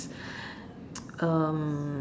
um